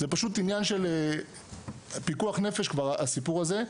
זה פשוט עניין של פיקוח נפש כבר הסיפור הזה,